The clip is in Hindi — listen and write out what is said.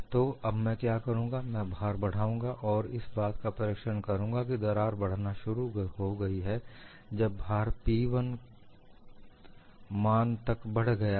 तो अब मैं क्या करूंगा मैं भार बढ़ाउंगा और इस बात का प्रेक्षण करूंगा की दरार बढ़ना शुरू हो गई है जब भार P1 मान तक बढ़ गया है